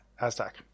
Aztec